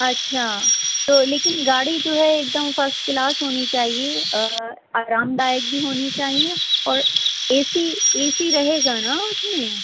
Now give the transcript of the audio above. اچھا تو لیکن گاڑی جو ہے ایک دم فس کلاس ہونی چاہیے آرام دائک بھی ہونی چاہیے اور اے سی اے سی رہے گا نا اس میں